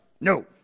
no